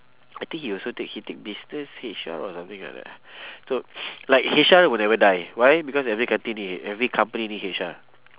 I think he also take he take business H_R or something like that so like H_R will never die why because every country need every company need H_R